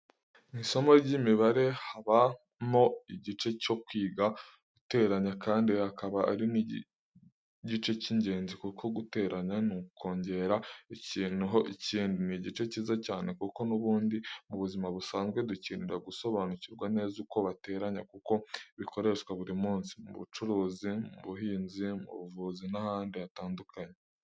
Mu isomo ry'lmibare habamo igice cyo kwiga guteranya kandi akaba ari igice cy'ingenzi kuko guteranya ni ukongera ikintu ho ikindi. Ni igice cyiza cyane kuko n'ubundi mu buzima busanzwe dukenera gusobanukirwa neza uko bateranya kuko bikoresha buri munsi. Mu bucuruzi, mu buhinzi, mu buvuzi n'ahandi hatandukanye.